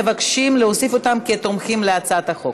מבקשים להוסיף אותם כתומכים בהצבעה על הצעת החוק.